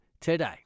today